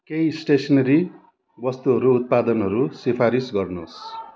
केही स्टेसनरी वस्तुहरू उत्पादनहरू सिफारिस गर्नुहोस्